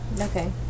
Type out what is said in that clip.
Okay